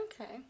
Okay